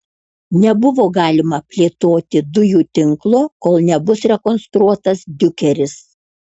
nebuvo galima plėtoti dujų tinklo kol nebus rekonstruotas diukeris